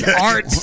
Art